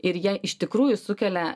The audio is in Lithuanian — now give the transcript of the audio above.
ir jie iš tikrųjų sukelia